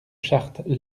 charte